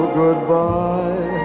goodbye